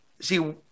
See